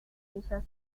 sencillas